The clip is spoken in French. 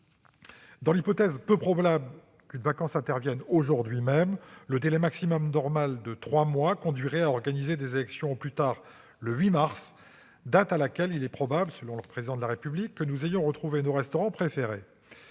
Dans l'hypothèse, peu probable, où une vacance interviendrait aujourd'hui même, le délai maximum normal de trois mois conduirait à organiser des élections au plus tard le 8 mars, date à laquelle il est probable, selon le Président de la République, que nous ayons retrouvé nos restaurants préférés